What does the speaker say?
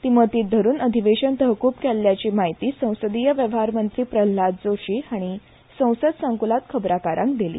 ती मतींत धरून अधिवेशन तहकूब केल्ल्याची म्हायती संसदीय वेव्हार मंत्री प्रल्हाद जोशी हाणीं संसद संकुलांत खबराकारांक दिली